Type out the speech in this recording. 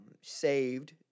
saved